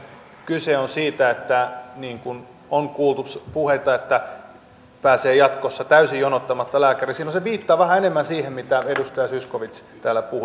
jos sitten kyse on siitä niin kuin on kuultu puheita että pääsee jatkossa täysin jonottamatta lääkäriin silloin se viittaa vähän enemmän siihen mitä edustaja zyskowicz täällä puhui